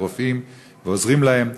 ורופאים ועוזרים להם,